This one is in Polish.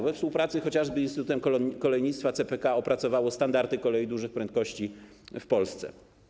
We współpracy chociażby z Instytutem Kolejnictwa CPK opracowało standardy kolei dużych prędkości w Polsce.